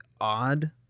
odd